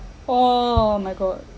oh my god